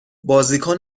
بازیکن